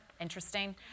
interesting